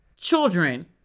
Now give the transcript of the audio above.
children